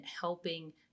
helping